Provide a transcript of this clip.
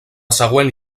següent